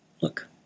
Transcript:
Look